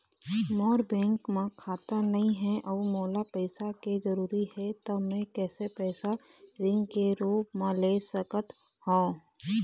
मोर bank म खाता नई हे अउ मोला पैसा के जरूरी हे त मे कैसे पैसा ऋण के रूप म ले सकत हो?